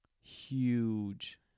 Huge